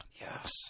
Yes